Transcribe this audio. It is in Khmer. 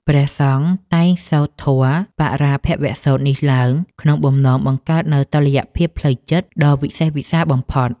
ព្រះសង្ឃតែងសូត្រធម៌បរាភវសូត្រនេះឡើង ក្នុងបំណងបង្កើតនូវតុល្យភាពផ្លូវចិត្តដ៏វិសេសវិសាលបំផុត។